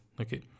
okay